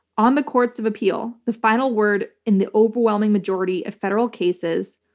on the courts of appeal, the final word in the overwhelming majority of federal cases,